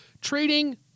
trading